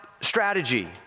strategy